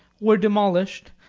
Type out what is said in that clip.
were demolished,